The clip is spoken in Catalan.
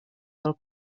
del